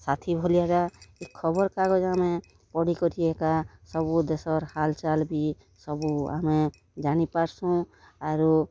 ସାଥୀ ଭଲିଆଟା ଇ ଖବର୍କାଗଜ୍ ଆମେ ପଢ଼ିକରି ଏକା ସବୁ ଦେଶର୍ ହାଲ୍ଚାଲ୍ ବି ସବୁ ଆମେ ଜାନିପାର୍ସୁଁ ଆରୁ